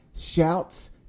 Shouts